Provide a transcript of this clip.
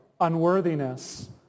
unworthiness